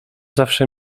zawsze